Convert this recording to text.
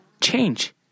change